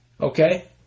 Okay